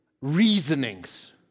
reasonings